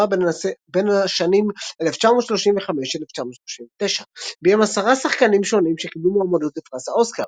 בין השנים 1935–1939. ביים עשרה שחקנים שונים שקיבלו מועמדות לפרס האוסקר.